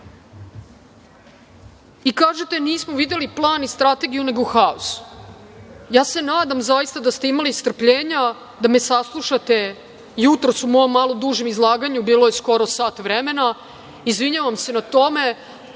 struka. Kažete - nismo videli plan i strategiju nego haos. Ja se nadam zaista da ste imali strpljenja da me saslušate jutros u mom malo dužem izlaganju, bilo je skoro sat vremena, izvinjavam se na tome,